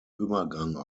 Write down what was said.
übergang